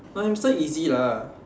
I this one easy lah